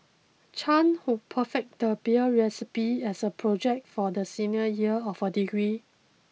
Chan who perfected the beer recipe as a project for the senior year of her degree